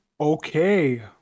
Okay